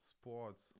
sports